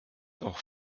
auch